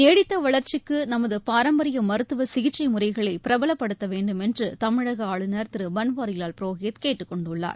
நீடித்த வளர்ச்சிக்கு நமது பாரம்பரிய மருத்துவ சிகிச்சை முறைகளை பிரபலப்படுத்த வேண்டும் என்று தமிழக ஆளுநர் திரு பன்வாரிலால் புரோஹித் கேட்டுக்கொண்டுள்ளார்